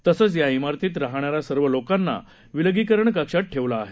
तसंच या इमारतीत राहणाऱ्या सर्व लोकांना विलगीकरण कक्षात ठेवलं आहे